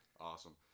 Awesome